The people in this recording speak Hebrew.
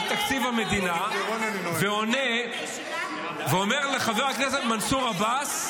תקציב המדינה ועונה ואומר לחבר הכנסת מנסור עבאס,